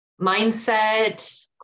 mindset